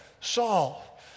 Saul